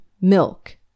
milk